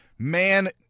Man